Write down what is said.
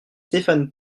stéphane